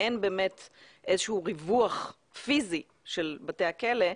ואין באמת איזשהו ריווח פיזי של בתי הכלא,